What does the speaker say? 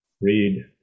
read